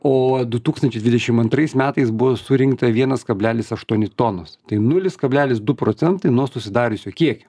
o du tūkstančiai dvidešim antrais metais buvo surinkta vienas kablelis aštuoni tonos tai nulis kablelis du procentai nuo susidariusio kiekio